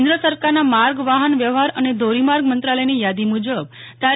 કેન્દ્ર સરકારના માર્ગ વાહન વ્યવહાર અને ધોરી માર્ગ મંત્રાલયની યાદી મુજબ તા